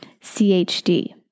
CHD